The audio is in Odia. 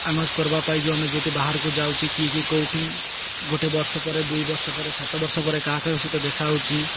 ଆନାଉନ୍ସ କରିବା ଯାଇଛୁ ଆମେ ଯେଉଁଠି ବାହାରକୁ ଯାଉଛି କି କି କେଉଁଠି ଗୋଟେ ବର୍ଷ ପରେ ଦୁଇ ବର୍ଷ ପରେ ସାତ ବର୍ଷ ପରେ କାହା କାହା ସତ ଦେଖାଯାଉଛି